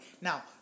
Now